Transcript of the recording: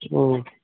ꯎꯝ